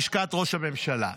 לשכת ראש הממשלה.